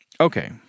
okay